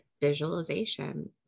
visualization